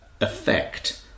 effect